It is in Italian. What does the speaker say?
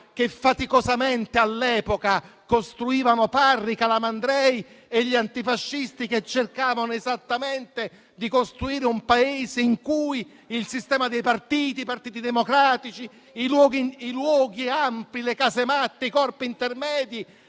che faticosamente all'epoca costruivano Parri, Calamandrei e gli antifascisti che cercavano di costruire un Paese in cui il sistema dei partiti, i partiti democratici, i luoghi ampi, le casematte, i corpi intermedi